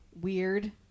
weird